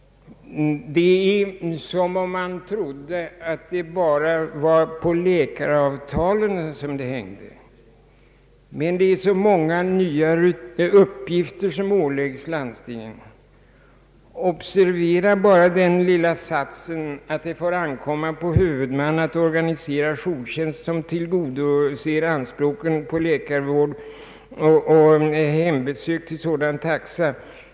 Det är som om man trodde att det endast vore på läkaravtalen det hängde. Men det är så många nya uppgifter som åläggs landstingen. Observera bara den lilla satsen att det får ankomma på huvudman att organisera jourtjänst som tillgodoser anspråken på läkarvård vid hembesök till sådan taxa.